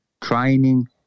training